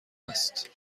است